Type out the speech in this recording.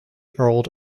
earl